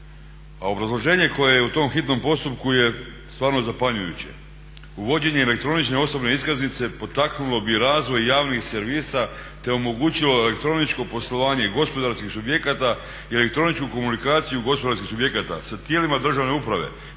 a obrazloženje koje je u tom hitnom postupku je stvarno zapanjujuće. Uvođenje elektronične osobne iskaznice potaknulo bi razvoj javnih servisa, te omogućilo elektroničko poslovanje i gospodarskih subjekata i elektroničku komunikaciju gospodarskih subjekata sa tijelima državne uprave